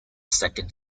second